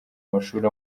amashuri